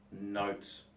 notes